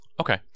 Okay